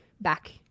back